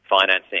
financing